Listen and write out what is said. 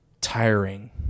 tiring